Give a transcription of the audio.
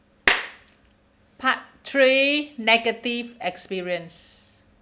part three negative experience